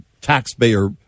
taxpayer